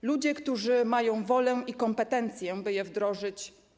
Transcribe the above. Są ludzie, którzy mają wolę i kompetencje, by je wdrożyć.